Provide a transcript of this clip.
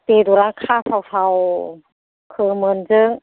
बेदरआनो खासाव साव खोमोनजों